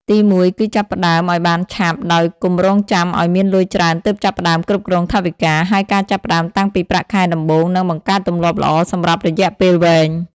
ទីមួយគឺចាប់ផ្តើមឱ្យបានឆាប់ ដោយកុំរង់ចាំឱ្យមានលុយច្រើនទើបចាប់ផ្តើមគ្រប់គ្រងថវិកា ហើយការចាប់ផ្តើមតាំងពីប្រាក់ខែដំបូង នឹងបង្កើតទម្លាប់ល្អសម្រាប់រយៈពេលវែង។